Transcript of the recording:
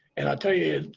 and i tell you,